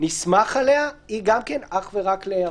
נסמך עליה, היא גם כן אך ורק ל-14 ימים.